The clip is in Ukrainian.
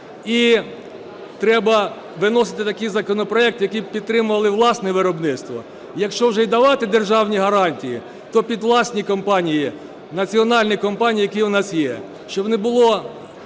І треба виносити такі законопроекти, які б підтримували власне виробництво. Якщо вже й давати державні гарантії, то під власні компанії, національні компанії, які у нас є. Щоб не було